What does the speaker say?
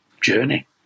journey